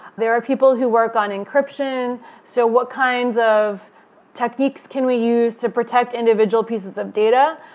there are people who work on encryption, so what kinds of techniques can we use to protect individual pieces of data.